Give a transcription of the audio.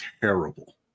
Terrible